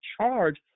charge